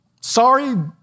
Sorry